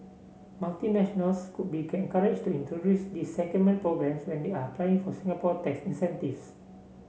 multinationals could be can courage to introduce these secondment programme when they are applying for Singapore tax incentives